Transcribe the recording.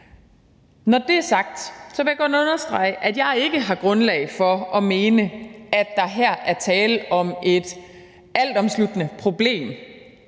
Når det er sagt, vil jeg godt understrege, at jeg ikke har grundlag for at mene, at der her er tale om et altomsluttende problem